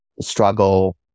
struggle